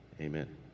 Amen